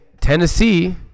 Tennessee